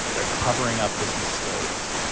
they're covering up his mistakes.